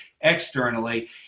externally